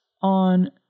on